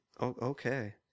Okay